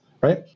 right